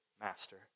master